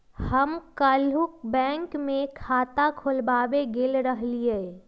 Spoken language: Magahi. हम काल्हु बैंक में खता खोलबाबे गेल रहियइ